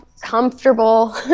comfortable